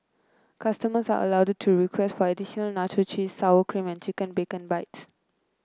customers are allowed to request for additional nacho cheese sour cream and chicken bacon bits